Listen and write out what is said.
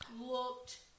looked